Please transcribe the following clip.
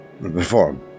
perform